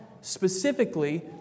Specifically